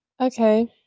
Okay